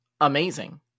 amazing